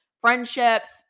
friendships